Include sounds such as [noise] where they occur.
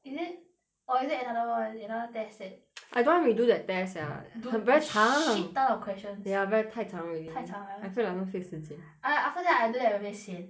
is it or is it another [one] another test that [noise] I don't want redo that test sia 很 very 长 dude shit down the questions ya ver~ 太长 already 太长了 I feel like 浪费时间 a~ after that I do that 有点 sian